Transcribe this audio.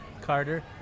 Carter